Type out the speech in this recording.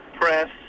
Press